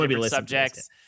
subjects